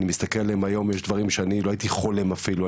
אני מסתכל עליהם היום ויש הרבה דברים שאני אפילו לא הייתי חולם אפילו,